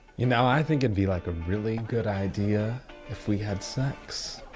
you know i think it'd be like a really good idea if we had sex